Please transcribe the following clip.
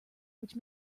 which